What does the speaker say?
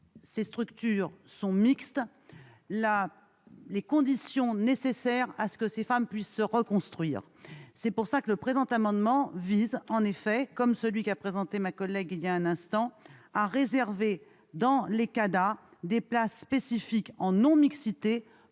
ces structures sont mixtes, les conditions nécessaires à ce que ces femmes puissent se reconstruire. C'est la raison pour laquelle l'amendement vise, comme celui qu'a présenté ma collègue voilà un instant, à réserver, dans les CADA, des places spécifiques en non-mixité